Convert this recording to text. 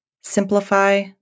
simplify